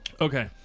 Okay